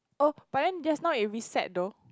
oh but then just now it reset though